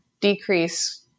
decrease